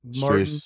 Martin